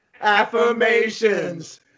Affirmations